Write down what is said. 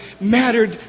mattered